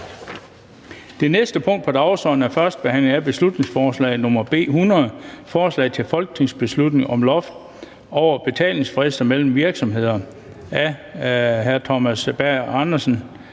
Det næste punkt på dagsordenen er: 22) 1. behandling af beslutningsforslag nr. B 100: Forslag til folketingsbeslutning om loft over betalingsfrister mellem virksomheder. Af Theresa Berg Andersen